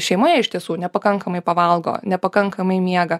šeimoje iš tiesų nepakankamai pavalgo nepakankamai miega